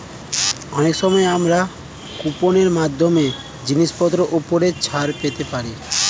অনেক সময় আমরা কুপন এর মাধ্যমে জিনিসপত্রের উপর ছাড় পেতে পারি